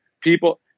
people